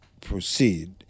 proceed